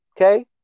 Okay